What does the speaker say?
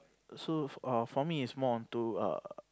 so err for me is more onto err